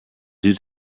due